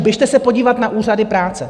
Běžte se podívat na úřady práce.